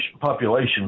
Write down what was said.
population